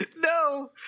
No